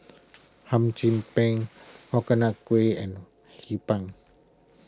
Hum Chim Peng Coconut Kuih and Hee Pan